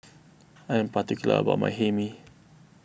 I am particular about my Hae Mee